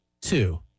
Two